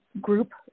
group